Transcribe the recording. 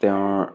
তেওঁৰ